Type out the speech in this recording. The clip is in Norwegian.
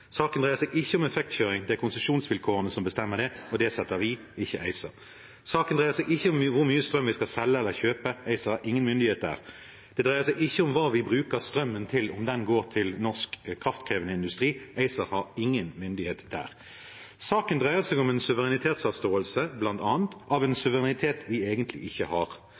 Saken dreier seg ikke om effektkjøring, det er konsesjonsvilkårene som bestemmer det. Dem setter vi og ikke ACER. Saken dreier seg ikke om hvor mye strøm vi skal selge eller kjøpe – ACER har ingen myndighet der. Det dreier seg ikke om hva vi bruker strømmen til, om den går til norsk kraftkrevende industri – ACER har ingen myndighet der. Saken dreier seg om suverenitetsavståelse, bl.a. av en suverenitet vi egentlig ikke har.